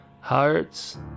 Hearts